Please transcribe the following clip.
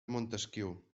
montesquiu